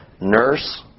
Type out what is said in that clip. nurse